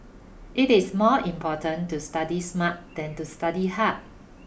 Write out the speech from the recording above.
it is more important to study smart than to study hard